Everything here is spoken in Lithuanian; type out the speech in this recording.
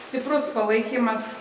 stiprus palaikymas